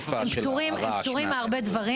והם פטורים מהרבה דברים.